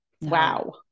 wow